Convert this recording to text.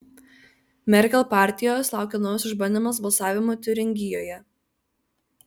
merkel partijos laukia naujas išbandymas balsavimu tiuringijoje